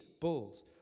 bulls